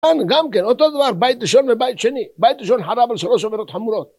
גם כן, אותו דבר בית ראשון ובית שני, בית ראשון חרב על שלוש עברות חמורות